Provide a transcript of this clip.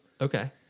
Okay